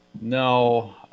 No